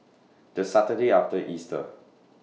The Saturday after Easter